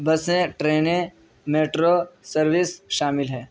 بسیں ٹرینیں metro service شامل ہے